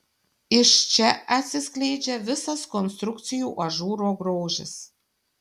iš čia atsiskleidžia visas konstrukcijų ažūro grožis